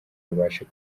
babashe